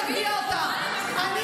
תגידי לי, את נורמלית?